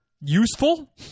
useful